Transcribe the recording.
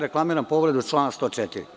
Reklamiram povredu člana 104.